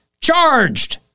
charged